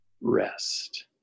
rest